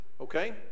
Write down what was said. okay